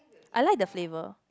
I like the flavour